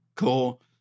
cool